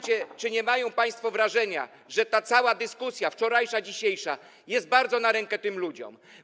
Czy nie mają państwo wrażenia w tym momencie, że ta cała dyskusja, wczorajsza, dzisiejsza, jest bardzo na rękę tym ludziom?